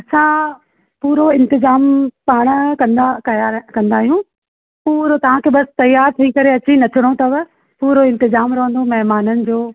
असां पूरो इंतज़़ामु पाण कंदा कया कंदा आहियूं पूरो तव्हांखे बसि तयार थी करे अची नचिणो अथव पूरो इंतज़ामु रहंदो महिमाननि जो